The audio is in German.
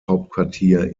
hauptquartier